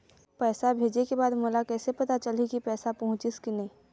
पैसा भेजे के बाद मोला कैसे पता चलही की पैसा पहुंचिस कि नहीं?